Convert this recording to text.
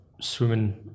swimming